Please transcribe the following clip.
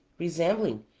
resembling,